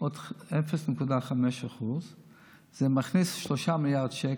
בעוד 0.5% זה מכניס 3 מיליארד שקל,